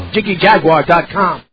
JiggyJaguar.com